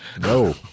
no